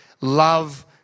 love